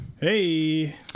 Hey